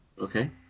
Okay